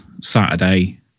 Saturday